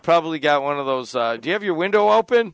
probably got one of those do you have your window open